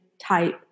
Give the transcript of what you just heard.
type